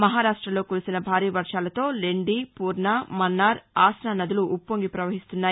మహారాష్టలో కురిసిన భారీ వర్షాలతో లెండి పూర్ణ మన్నార్ ఆస్నా నదులు ఉప్పొంగి పవహిస్తున్నాయి